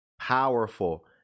powerful